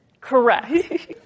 Correct